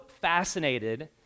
fascinated